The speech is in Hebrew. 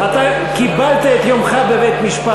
אתה קיבלת את יומך בבית-משפט,